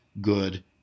good